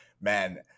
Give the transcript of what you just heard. man